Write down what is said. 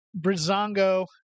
Brizongo